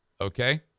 Okay